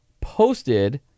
posted